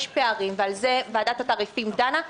יש פערים ועל זה ועדת התעריפים דנה.